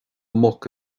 muc